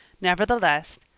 nevertheless